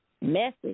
Message